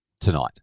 tonight